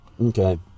Okay